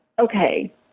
okay